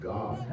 God